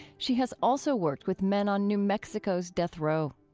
she has also worked with men on new mexico's death row.